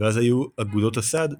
ואז היו אגודות הסעד בבעיה.